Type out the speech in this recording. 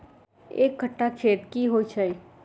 एक कट्ठा खेत की होइ छै?